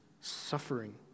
suffering